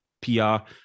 P-R